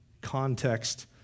context